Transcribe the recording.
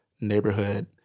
neighborhood